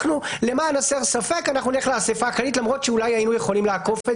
למען הסר ספק נלך לאספה הכללית למרות שאולי היינו יכולים לעקוף את